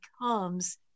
becomes